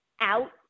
out